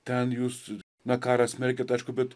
ten jūs na karą smerkiat aišku bet